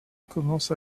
commence